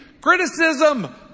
Criticism